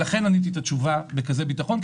לכן עניתי תשובה בכזה ביטחון,